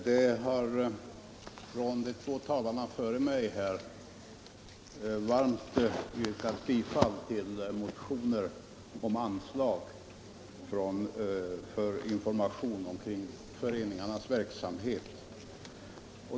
Herr talman! De två talarna före mig har varmt yrkat bifall till motioner om anslag för föreningars informationsverksamhet.